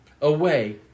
away